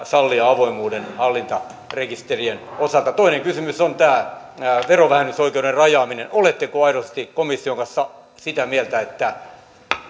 sallia avoimuuden hallintarekisterien osalta toinen kysymys liittyy tähän verovähennysoikeuden rajaamiseen oletteko aidosti komission kanssa sitä mieltä että